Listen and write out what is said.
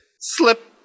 slip